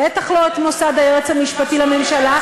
בטח לא את מוסד היועץ המשפטי לממשלה.